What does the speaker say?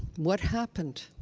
what happened?